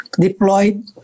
deployed